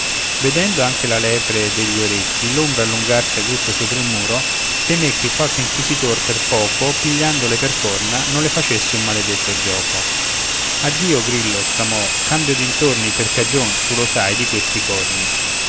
vedendo anche la lepre degli orecchi l'ombra allungarsi aguzza sopra il muro temé che qualche inquisitor per poco pigliandole per corna non le facesse un maledetto gioco addio grillo esclamò cambio dintorni per cagion tu lo sai di questi corni